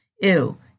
Ew